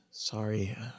Sorry